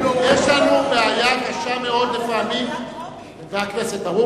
יש לנו בעיה קשה מאוד לפעמים אבל זה בקריאה טרומית.